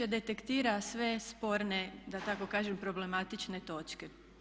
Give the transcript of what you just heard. Ono detektira sve sporne da tako kažem problematične točke.